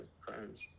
crimes